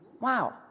Wow